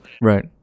Right